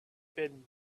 been